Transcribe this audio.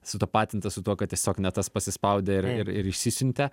sutapatinta su tuo kad tiesiog ne tas pasispaudė ir ir ir išsisiuntė